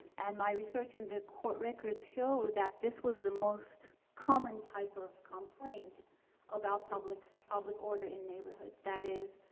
and my research in the court records show that this was the most common type of complaint about public public order in neighborhoods, that is,